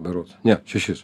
berods ne šešis